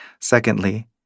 Secondly